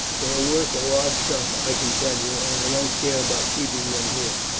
they are worth a large sum, i can tell you, and i don't care about keeping them here.